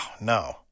no